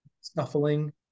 snuffling